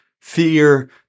fear